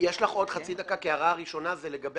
יש לך עוד חצי דקה כי ההערה הראשונה זה לגבי